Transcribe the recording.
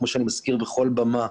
כמו שאני מזכיר בכל במה,